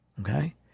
Okay